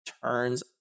turns